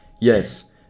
Yes